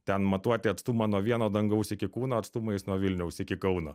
ten matuoti atstumą nuo vieno dangaus iki kūno atstumais nuo vilniaus iki kauno